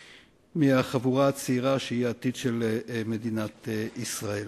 מהחבורה הצעירה שהיא העתיד של מדינת ישראל.